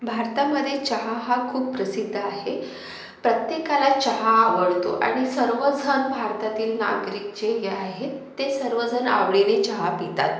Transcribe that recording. भारतामधे चहा हा खूप प्रसिद्ध आहे प्रत्येकाला चहा आवडतो आणि सर्वझन भारतातील नागरिक जे आहेत ते सर्वजण आवडीने चहा पितात